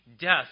death